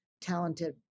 talented